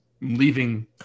Leaving